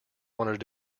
wanted